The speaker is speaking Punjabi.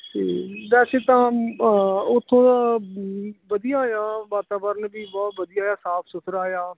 ਅਤੇ ਵੈਸੇ ਤਾਂ ਉੱਥੋਂ ਦਾ ਵਧੀਆ ਆ ਵਾਤਾਵਰਣ ਵੀ ਬਹੁਤ ਵਧੀਆ ਆ ਸਾਫ਼ ਸੁਥਰਾ ਆ